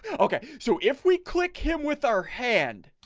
okay, so if we click him with our hand